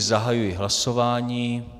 Zahajuji hlasování.